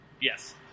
Yes